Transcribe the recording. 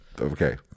Okay